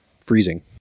freezing